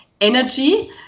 energy